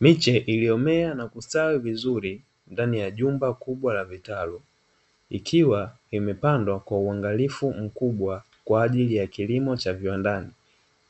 Miche iliyomea na kuota vizuri katika jumba la vitalu ikiwa imepandwa kwa uangalifu mkubwa kwa ajili ya kilimo cha viwandani,